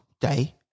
day